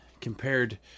compared